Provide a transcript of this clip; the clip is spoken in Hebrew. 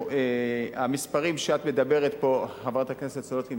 המספרים שאת מדברת עליהם פה,